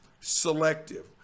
selective